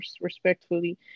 respectfully